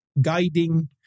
guiding